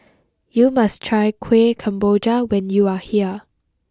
you must try Kueh Kemboja when you are here